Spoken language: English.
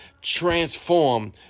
transform